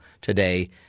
today